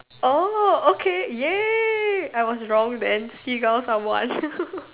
okay ya I was wrong then seagulls are one